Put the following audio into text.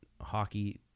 hockey